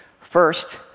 First